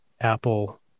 Apple